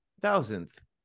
thousandth